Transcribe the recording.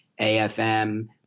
AFM